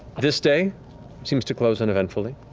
this day seems to close, uneventfully.